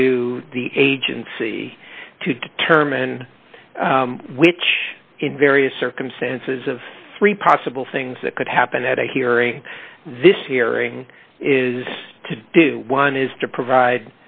to the agency to determine which in various circumstances of three possible things that could happen at a hearing this hearing is to do one is to